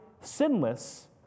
sinless